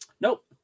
Nope